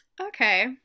Okay